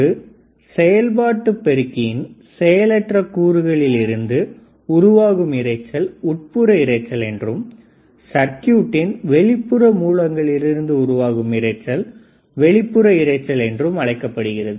ஒரு செயல்பாட்டு பெருக்கியின் செயலற்ற கூறுகளில் இருந்து உருவாகும் இரைச்சல் உட்புற இறைச்சல் என்றும் சர்க்யூட் இன் வெளிப்புற மூலங்களிலிருந்து உருவாகும் இரைச்சல் வெளிப்புற இறைச்சல் என்றும் அழைக்கப்படுகிறது